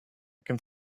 can